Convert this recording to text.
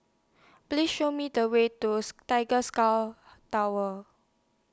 Please Show Me The Way to Tiger Sky Tower